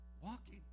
walking